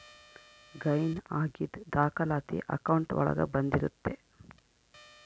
gain ಆಗಿದ್ ದಾಖಲಾತಿ account ಒಳಗ ಬಂದಿರುತ್ತೆ